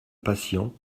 patients